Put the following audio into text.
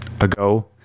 ago